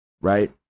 right